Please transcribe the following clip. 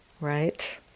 right